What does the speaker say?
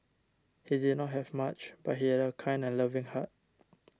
he did not have much but he had a kind and loving heart